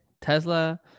Tesla